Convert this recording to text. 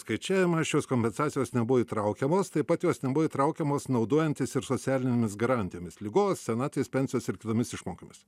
skaičiavimą šios kompensacijos nebuvo įtraukiamos taip pat jos nebuvo įtraukiamos naudojantis ir socialinėmis garantijomis ligos senatvės pensijos ir kitomis išmokomis